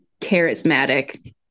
charismatic